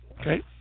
Okay